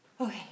Okay